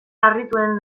harrituen